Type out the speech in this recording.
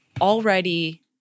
already